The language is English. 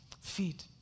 feet